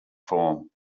form